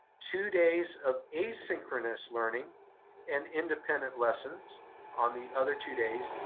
two days of asynchronous learning and independent lessons on the other two days,